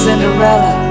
Cinderella